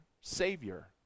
Savior